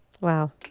Wow